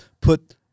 put